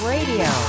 Radio